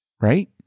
right